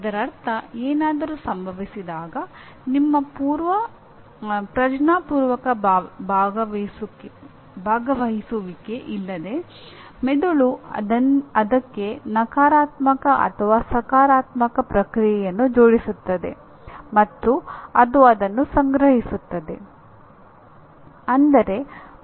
ಇದರರ್ಥ ಏನಾದರೂ ಸಂಭವಿಸಿದಾಗ ನಿಮ್ಮ ಪ್ರಜ್ಞಾಪೂರ್ವಕ ಭಾಗವಹಿಸುವಿಕೆ ಇಲ್ಲದೆ ಮೆದುಳು ಅದಕ್ಕೆ ನಕಾರಾತ್ಮಕ ಅಥವಾ ಸಕಾರಾತ್ಮಕ ಪ್ರತಿಕ್ರಿಯೆಯನ್ನು ಜೋಡಿಸುತ್ತದೆ ಮತ್ತು ಅದು ಅದನ್ನು ಸಂಗ್ರಹಿಸುತ್ತದೆ